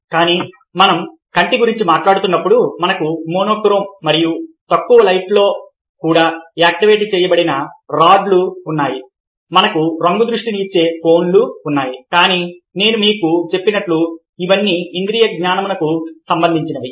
కానీ మనం కంటి గురించి మాట్లాడుతున్నప్పుడు మనకు మోనోక్రోమ్ మరియు తక్కువ లైట్లలో కూడా యాక్టివేట్ చేయబడిన రాడ్లు ఉన్నాయి మనకు రంగు దృష్టిని ఇచ్చే కోన్లు ఉన్నాయి కానీ నేను మీకు చెప్పినట్లు అవన్నీ ఇంద్రియజ్ఞానముకు సంబంధించినవి